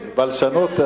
בלשנות.